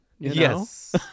Yes